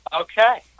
Okay